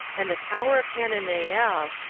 and the tower of hananeel,